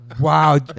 Wow